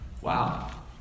Wow